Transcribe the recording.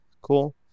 cool